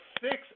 six